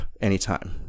anytime